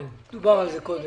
כן, דובר על זה קודם.